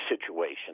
situation